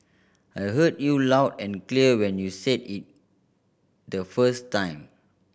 I heard you loud and clear when you said it the first time